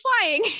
flying